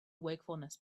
wakefulness